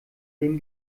dem